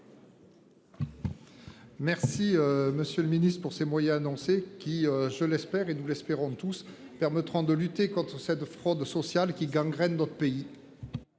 Merci Monsieur le Ministre pour ses moyens annoncés qui je l'espère et nous l'espérons tous permettront de lutter contre cette fraude sociale qui gangrène notre pays.